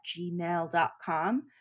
gmail.com